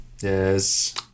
yes